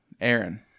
Aaron